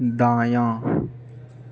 दायाँ